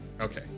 Okay